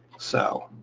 so